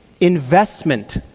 Investment